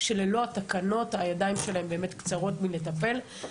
שללא התקנות הידיים שלהם קצרות מלטפל באירוע.